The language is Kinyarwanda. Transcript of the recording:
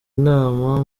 inama